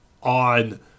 On